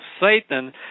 Satan